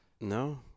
No